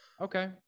okay